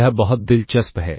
यह बहुत दिलचस्प है